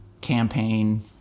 campaign